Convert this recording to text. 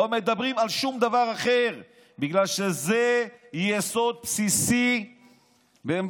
לא מדברים על שום דבר אחר בגלל שזה יסוד בסיסי בדמוקרטיה.